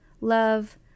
Love